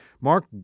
Mark